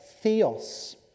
Theos